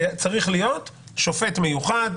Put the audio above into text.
זה צריך להיעשות על ידי שופט מיוחד,